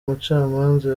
umucamanza